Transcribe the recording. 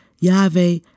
Yahweh